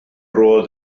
roedd